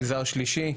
מגזר השלישי.